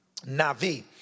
Navi